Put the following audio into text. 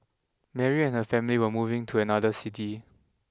Mary and her family were moving to another city